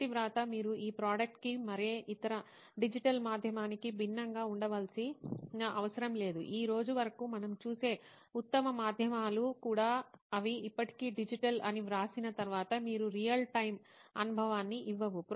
చేతివ్రాత మీరు ఈ ప్రోడక్ట్ కి మరే ఇతర డిజిటల్ మాధ్యమానికి భిన్నంగా ఉండవలసిన అవసరం లేదు ఈ రోజు వరకు మనం చూసే ఉత్తమ మాధ్యమాలు కూడా అవి ఇప్పటికీ డిజిటల్ అవి వ్రాసిన తర్వాత మీకు రియల్ టైం అనుభవాన్ని ఇవ్వవు